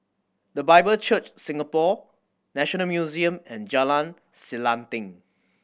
The Bible Church Singapore National Museum and Jalan Selanting